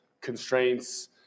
constraints